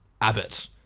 Abbott